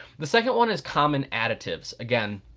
the second one is common additives. again,